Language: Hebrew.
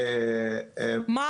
גם